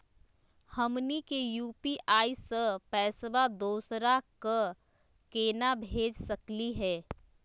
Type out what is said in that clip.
हमनी के यू.पी.आई स पैसवा दोसरा क केना भेज सकली हे?